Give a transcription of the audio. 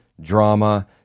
drama